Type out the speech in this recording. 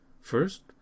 First